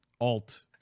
alt